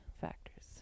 factors